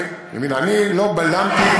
אני לא בלמתי,